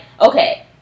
okay